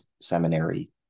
Seminary